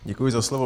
Děkuji za slovo.